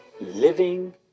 living